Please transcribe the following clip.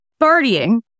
partying